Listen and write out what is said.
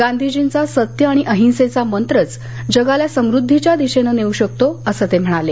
गांधीजींचा सत्य आणि अहिंसेचा मंत्रच जगाला समृद्दीच्या दिशेनं नेऊ शकतो असं ते म्हणाले